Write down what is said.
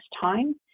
time